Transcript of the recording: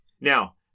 Now